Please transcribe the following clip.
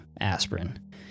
aspirin